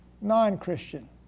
non-Christian